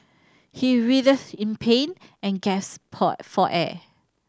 he writhed in pain and gasped for air